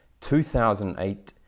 2008